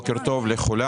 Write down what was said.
בוקר טוב לכולם.